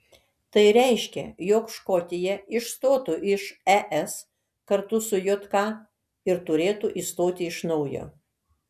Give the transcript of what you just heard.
tai reiškia jog škotija išstotų iš es kartu su jk ir turėtų įstoti iš naujo